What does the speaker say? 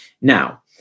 Now